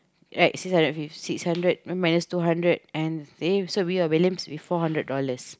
right six hundred fif~ six hundred minus two hundred and eh so we have balance with four hundred dollars